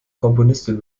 komponistin